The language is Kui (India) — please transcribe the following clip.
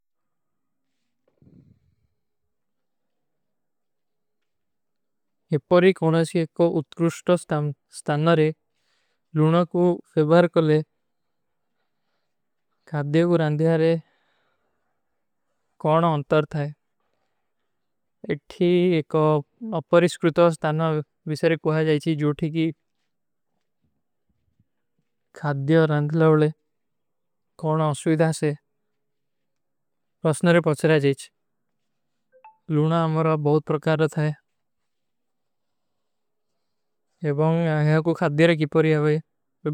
ହେପାରୀ କୋଣ ଏକ ଏକ ଉତ୍କୁର୍ଷ୍ଟ ସ୍ଥାନ୍ନରେ ଲୂନା କୋ ଫେବାର କଲେ ଖାଧ୍ଯା କୋ ରାଂଧ୍ଯାରେ କୌନ ଅଂତର ଥାଈ। ଇଠୀ ଏକ ଅପରିଷ୍କୁର୍ଷ୍ଟ ସ୍ଥାନ୍ନା ଵିଶରେ କୋହା ଜାଈଚୀ ଜୋ ଥୀ କି ଖାଧ୍ଯା ରାଂଧ୍ଯାରେ କୌନ ଅସ୍ଵିଧା ସେ ପ୍ରସ୍ନରେ ପଚ୍ରାଜେଚ। ଲୂନା ଅମରା ବହୁତ ପରକାରତ ହୈ ଏବାଂଗ ହେପାରୀ କୋ ଖାଧ୍ଯା ରାଂଧ୍ଯାରେ କୀ ପରିଯା ହୈ।